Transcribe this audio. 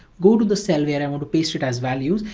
go to the cell where i want to paste it as values.